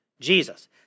Jesus